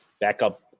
backup